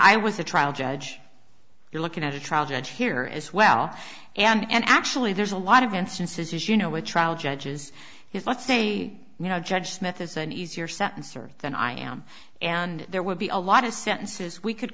i was a trial judge you're looking at a trial judge here as well and actually there's a lot of instances you know where trial judges he's not say you know judge smith is an easier sentence or than i am and there would be a lot of sentences we could